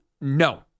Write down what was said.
No